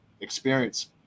experience